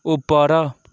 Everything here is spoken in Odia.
ଉପର